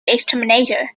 exterminator